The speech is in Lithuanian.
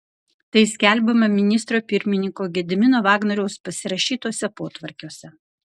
tai skelbiama ministro pirmininko gedimino vagnoriaus pasirašytuose potvarkiuose